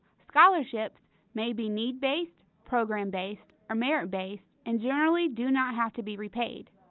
scholarships may be need-based, program-based, or merit-based and generally do not have to be repaid.